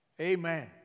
Amen